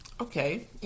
okay